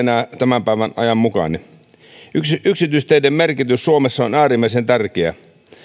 tämän päivän tämän ajan mukainen yksityisteiden merkitys suomessa on äärimmäisen tärkeä kun on